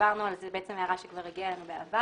דיברנו על זה, זו הערה שכבר הגיעה אלינו בעבר.